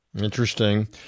Interesting